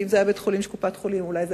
כי אם זה היה בית-חולים של קופת-חולים אולי זה